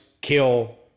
kill